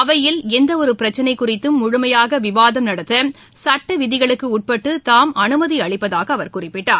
அவையில் எந்தவொரு பிரச்சினை குறித்தும் முழுமையாக விவாதம் நடத்த சுட்ட விதிகளுக்கு உட்பட்டு தாம் அமைதி அளிப்பதாக குறிப்பிட்டார்